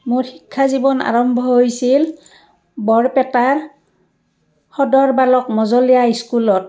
মোৰ শিক্ষাজীৱন আৰম্ভ হৈছিল বৰপেটাৰ সদৰ বালক মজলীয়া স্কুলত